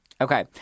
Okay